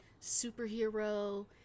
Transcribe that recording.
superhero